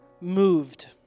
Moved